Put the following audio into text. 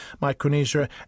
Micronesia